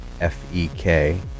F-E-K